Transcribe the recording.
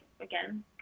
again